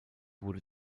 wurde